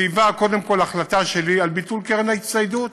חייבה קודם כול החלטה שלי על ביטול קרן ההצטיידות.